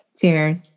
cheers